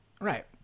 Right